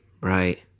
right